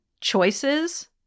choices